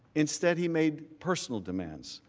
instead he made personal demands.